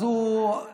אז הוא,